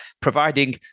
providing